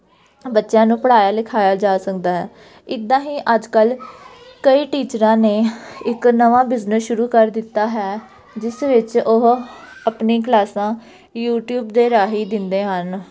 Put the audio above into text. ਬੱਚਿਆਂ ਨੂੰ ਪੜ੍ਹਾਇਆ ਲਿਖਾਇਆ ਜਾ ਸਕਦਾ ਹੈ ਇੱਦਾਂ ਹੀ ਅੱਜ ਕੱਲ੍ਹ ਕਈ ਟੀਚਰਾਂ ਨੇ ਇੱਕ ਨਵਾਂ ਬਿਜ਼ਨਸ ਸ਼ੁਰੂ ਕਰ ਦਿੱਤਾ ਹੈ ਜਿਸ ਵਿੱਚ ਉਹ ਆਪਣੀ ਕਲਾਸਾਂ ਯੂਟਿਊਬ ਦੇ ਰਾਹੀਂ ਦਿੰਦੇ ਹਨ